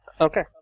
Okay